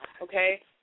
okay